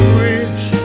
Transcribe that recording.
Bridge